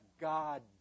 God